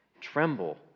Tremble